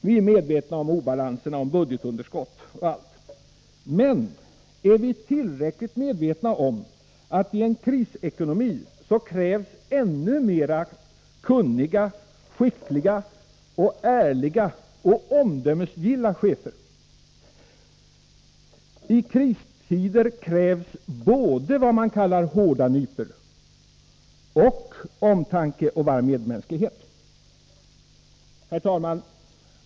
Vi är medvetna om obalanserna, om budgetunderskottet etc. Men är vi tillräckligt medvetna om att det i en krisekonomi krävs chefer som är än mer kunniga, skickliga, ärliga och omdömesgilla? I kristider krävs det både vad man kallar hårda nypor och omtanke och varm medmänsklighet. Herr talman!